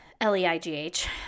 L-E-I-G-H